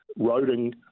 roading